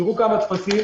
תראו כמה טפסים.